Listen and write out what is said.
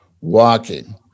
walking